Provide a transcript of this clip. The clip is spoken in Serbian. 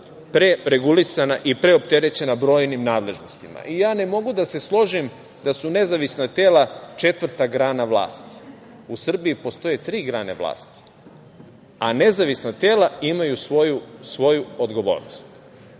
preregulisana i preopterećena brojnim nadležnostima. Ja ne mogu da se složim da su nezavisna tela četvrta grana vlasti. U Srbiji postoje tri grane vlasti, a nezavisna tela imaju svoju odgovornost